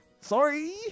Sorry